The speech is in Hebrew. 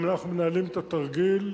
הם מנהלים את התרגיל,